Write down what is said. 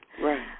right